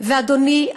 ואדוני,